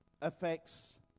affects